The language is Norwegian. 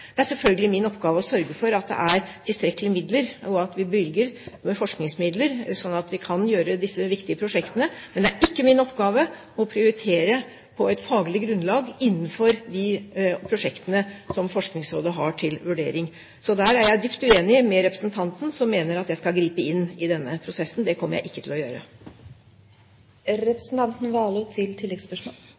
Det er selvfølgelig min oppgave å sørge for at det er tilstrekkelige midler og at vi bevilger forskningsmidler, slik at vi kan gjennomføre disse viktige prosjektene, men det er ikke min oppgave å prioritere på et faglig grunnlag innenfor de prosjektene som Forskningsrådet har til vurdering. Der er jeg dypt uenig med representanten, som mener at jeg skal gripe inn i denne prosessen. Det kommer jeg ikke til å